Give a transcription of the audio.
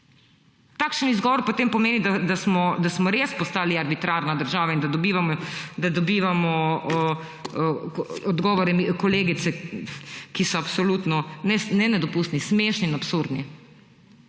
Takšen izgovor potem pomeni, da smo res postali arbitrarna država in da dobivamo odgovore kolegice, ki so absolutno ne nedopustni, ampak smešni in absurdni